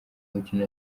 mukino